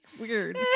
weird